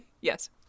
Yes